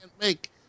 make